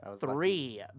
three